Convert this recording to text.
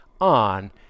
on